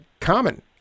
common